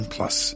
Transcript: Plus